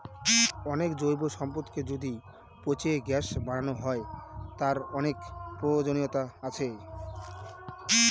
অনেক জৈব সম্পদকে যদি পচিয়ে গ্যাস বানানো হয়, তার অনেক প্রয়োজনীয়তা আছে